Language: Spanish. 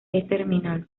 terminal